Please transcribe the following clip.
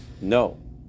No